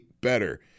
better